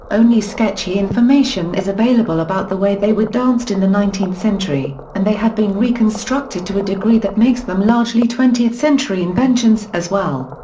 only sketchy information is available about the way they were danced in the nineteenth century, and they have been reconstructed to a degree that makes them largely twentieth century inventions as well.